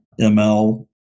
ML